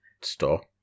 store